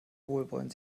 wohlwollen